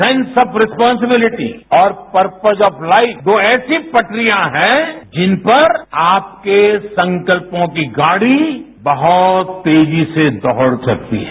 sense of responsibility और purpose of life दो ऐसी पटरियां हैं जिन पर आपके संकल्पों की गाड़ी बहुत तेजी से दौड़ सकती है